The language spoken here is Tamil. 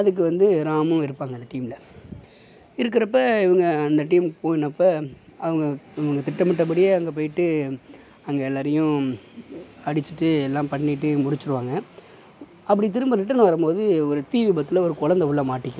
அதுக்கு வந்து ராமும் இருப்பாங்க அந்த டீமில் இருக்கிறப்ப இவங்க அந்த டீம் போனப்போ அவங்கள் இவங்கள் திட்டமிட்டபடியே அங்கே போய்ட்டு அங்கே எல்லாரையும் அடிச்சுட்டு எல்லாம் பண்ணிவிட்டு முடிச்சுடுவாங்க அப்படி திரும்ப ரிட்டன் வரும்போது ஒரு தீ விபத்தில் ஒரு கொழந்தை உள்ளே மாட்டிக்கும்